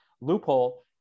loophole